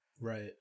Right